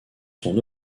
son